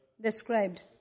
Described